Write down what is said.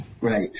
Right